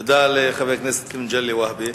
תודה לחבר הכנסת מגלי והבה.